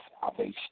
salvation